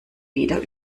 wieder